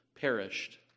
perished